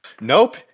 Nope